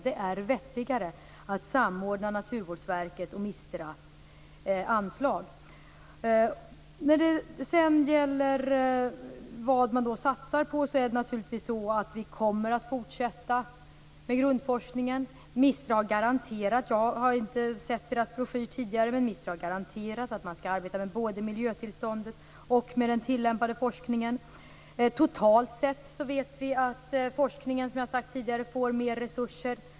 Det är vettigare att samordna Naturvårdsverkets och Vi kommer att fortsätta med grundforskningen. Jag har inte sett MISTRA:s broschyr tidigare, men MISTRA har garanterat att man skall arbeta både med miljötillståndet och med den tillämpade forskningen. Som jag sagt tidigare vet vi att forskningen totalt sett får mer resurser.